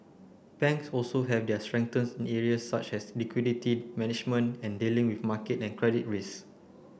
banks also have their strengthen in areas such as liquidity management and dealing with market and credit race